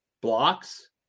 blocks